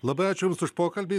labai ačiū jums už pokalbį